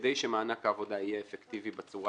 כדי שמענק העבודה יהיה אפקטיבי בצורה